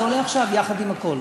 זה עולה עכשיו יחד עם הכול,